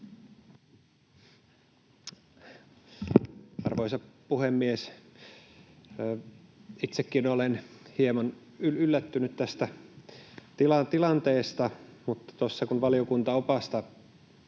Arvoisa puhemies! Itsekin olen hieman yllättynyt tästä tilanteesta, mutta tuossa kun valiokuntaopasta